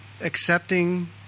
accepting